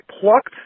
plucked